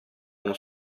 uno